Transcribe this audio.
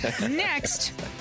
Next